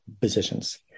positions